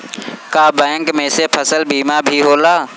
का बैंक में से फसल बीमा भी होला?